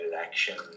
action